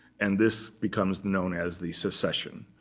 and this becomes known as the secession,